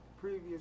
previous